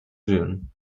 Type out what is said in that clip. june